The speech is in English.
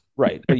Right